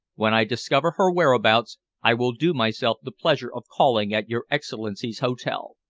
when i discover her whereabouts, i will do myself the pleasure of calling at your excellency's hotel.